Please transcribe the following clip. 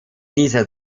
dieser